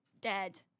dead